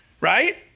Right